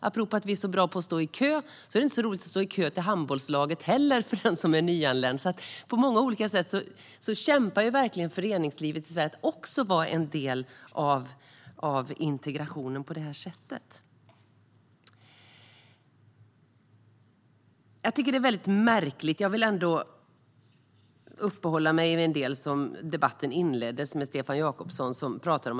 Apropå att vi är så bra på att stå i kö är det inte så roligt för den som är nyanländ att stå i kö till handbollslaget heller. På många olika sätt kämpar verkligen föreningslivet i Sverige för att också vara en del av integrationen. Jag vill ändå uppehålla mig vid det som Stefan Jakobsson inledde debatten med.